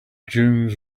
dunes